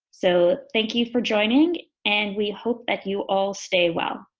so thank you for joining and we hope that you all stay well.